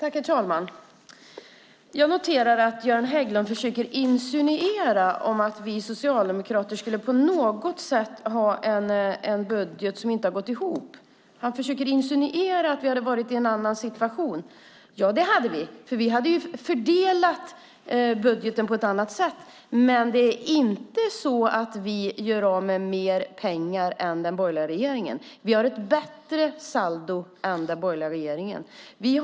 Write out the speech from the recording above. Herr talman! Jag noterar att Göran Hägglund insinuerar att vi socialdemokrater på något sätt skulle ha en budget som inte går ihop. Han insinuerar att vi skulle ha varit i en annan situation. Ja, det skulle vi, för vi hade fördelat budgeten på ett annat sätt. Det är inte så att vi gör av med mer pengar än den borgerliga regeringen. Vi har ett bättre saldo än den borgerliga regeringen.